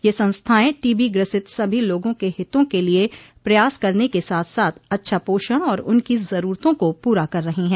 यह संस्थाएं टीबी ग्रसित सभी लोगों के हितों के लिये प्रयास करने के साथ साथ अच्छा पोषण और उनकी जरूरतों को पूरा कर रही हैं